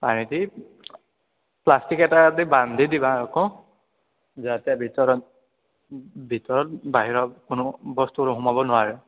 পানী দি প্লাষ্টিক এটা দি বান্ধি দিবা আকৌ যাতে ভিতৰত ভিতৰত বাহিৰৰ কোনো বস্তু সোমাব নোৱাৰে